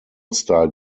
star